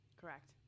Correct